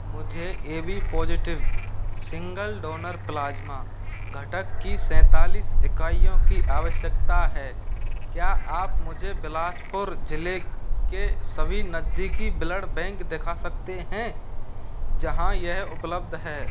मुझे AB positive single donor plasma घटक की सैंतालीस इकाइयों की आवश्यकता है क्या आप मुझे बिलासपुर ज़िले के सभी नज़दीकी ब्लड बैंक दिखा सकते हैं जहाँ यह उपलब्ध है